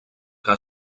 que